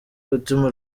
gutuma